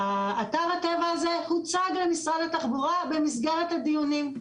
אתר הטבע הזה הוצג למשרד התחבורה במסגרת הדיונים.